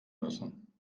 müssen